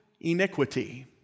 iniquity